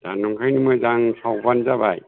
दा बेनिखायनो मोजां सावबानो जाबाय